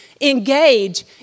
engage